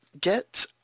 get